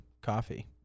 coffee